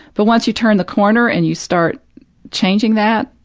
but once you turn the corner and you start changing that,